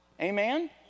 Amen